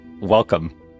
welcome